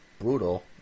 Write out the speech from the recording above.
Brutal